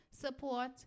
support